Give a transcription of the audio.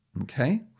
Okay